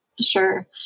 Sure